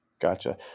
Gotcha